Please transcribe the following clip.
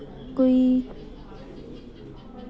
कोई